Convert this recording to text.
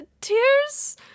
tears